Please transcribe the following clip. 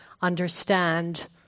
understand